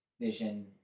Vision